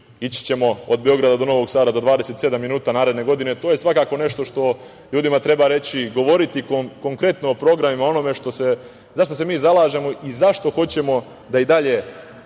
Ići ćemo od Beograda do Novog Sada za 27 minuta naredne godine. To je svakako nešto što ljudima treba reći i govoriti konkretno o programima o onome za šta se mi zalažemo i zašto hoćemo da i dalje